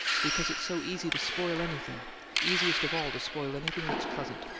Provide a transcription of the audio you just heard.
because it's so easy to spoil anything easiest of all to spoil anything that's pleasant.